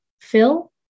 Phil